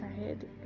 ahead